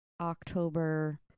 October